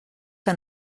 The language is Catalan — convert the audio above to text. que